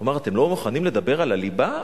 הוא אמר: אתם לא מוכנים לדבר על הליבה,